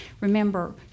Remember